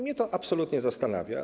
Mnie to absolutnie zastanawia.